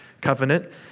covenant